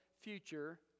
future